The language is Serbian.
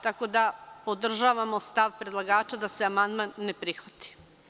Tako da podržavamo stav predlagača da se amandman ne prihvati.